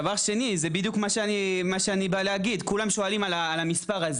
הדבר השני זה להוסיף תקציבים לאיפור של גברת ראש הממשלה,